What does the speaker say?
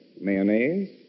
Mayonnaise